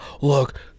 look